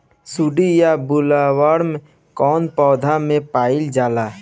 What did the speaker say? सुंडी या बॉलवर्म कौन पौधा में पाइल जाला?